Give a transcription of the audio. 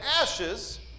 ashes